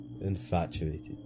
infatuated